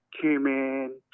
cumin